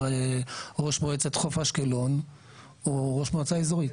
ראש מועצת שדות נגב הוא ראש מועצה אזורית.